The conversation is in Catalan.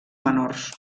menors